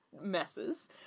Messes